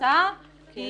שהצעה היא